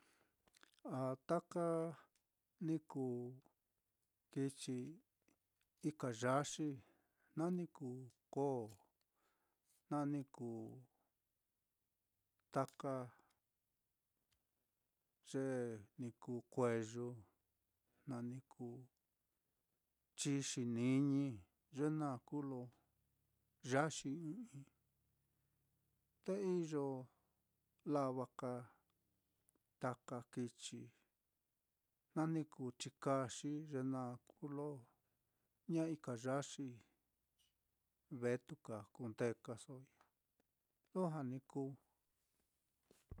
A taka ni kuu kichi ika yaxi na ni kuu koo, na ni kuu taka ye ni kuu kueyu, na ni kuu chixiniñi, ye naá kuu lo yaxi ɨ́ɨ́n ɨ́ɨ́n-i, te iyo lava ka taka chitií, na ni kuu chikaxi, ye naá kuu ye lo ña ika yaxi, vetuka kundekasoi, lijua ni kuu.